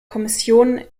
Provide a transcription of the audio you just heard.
kommission